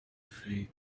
faith